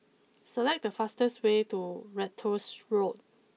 select the fastest way to Ratus Road